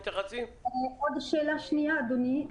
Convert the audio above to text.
עוד שאלה שנייה, אדוני.